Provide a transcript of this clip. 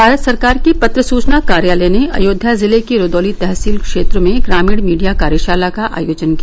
भारत सरकार के पत्र सूचना कार्यालय ने अयोध्या जिले के रुदौली तहसील क्षेत्र में ग्रामीण मीडिया कार्यशाला का आयोजन किया